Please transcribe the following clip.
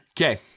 Okay